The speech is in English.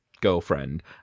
girlfriend